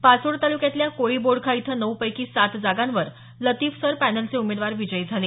पाचोड तालुक्यातल्या कोळी बोडखा इथं नऊ पैकी सात जागांवर लतीफ सर पॅनलचे उमेदवार विजयी झाले